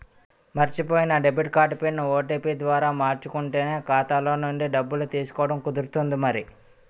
మర్చిపోయిన debit card PIN, OTP ద్వారా మార్చుకుంటేనే ఖాతాలో నుండి డబ్బులు తీసుకోవడం కుదురుతుంది మరి